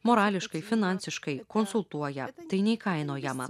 morališkai finansiškai konsultuoja tai neįkainojama